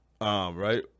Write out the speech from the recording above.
right